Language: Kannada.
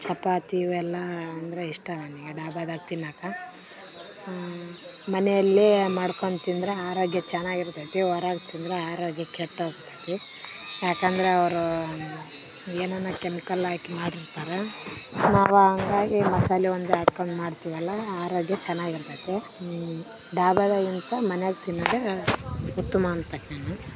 ಚಪಾತಿ ಇವೆಲ್ಲ ಅಂದರೆ ಇಷ್ಟ ನನಗೆ ಡಾಬಾದಾಗ್ ತಿನ್ನೋಕಾ ಮನೆಯಲ್ಲೇ ಮಾಡ್ಕೊಂಡು ತಿಂದರೆ ಆರೋಗ್ಯ ಚೆನ್ನಾಗ್ ಇರ್ತದೆ ಹೊರಗ್ ತಿಂದ್ರೆ ಆರೋಗ್ಯ ಕೆಟ್ಟು ಹೋಗ್ತತಿ ಯಾಕಂದ್ರೆ ಅವರು ಏನಾನ ಕೆಮಿಕಲ್ ಹಾಕಿ ಮಾಡಿರ್ತಾರೆ ನಾವು ಹಂಗಾಗಿ ಮಸಾಲೆ ಒಂದು ಹಾಕೊಂಡ್ ಮಾಡ್ತಿವಲ ಆರೋಗ್ಯ ಚೆನ್ನಾಗ್ ಇರ್ತದೆ ಡಾಬಾದಾಗಿಂತ ಮನೇಲಿ ತಿನ್ನೋದೇ ಉತ್ತಮ ಅಂತಕನಾ